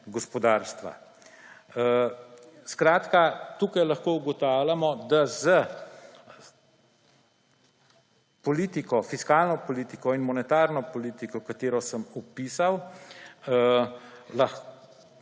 gospodarstva. Skratka, tukaj lahko ugotavljamo, da s fiskalno politiko in monetarno politiko, katero sem opisal, rastejo